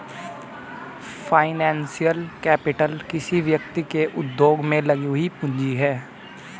financial capital किसी व्यक्ति के उद्योग में लगी हुई पूंजी है